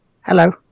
Hello